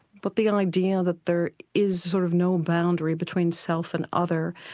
but the idea that there is sort of no boundary between self and other,